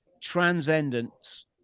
transcendence